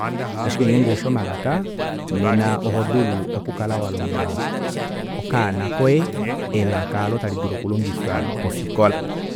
Ashike ngenge oushi omalaka nena ohodulu okukala walonga okaana koye elaka aalo tali dulu okulongifwa pofikola.